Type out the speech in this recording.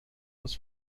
was